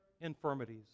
infirmities